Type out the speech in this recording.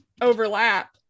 overlap